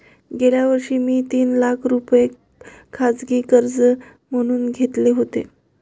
गेल्या वर्षी मी तीन लाख रुपये खाजगी कर्ज म्हणून घेतले होते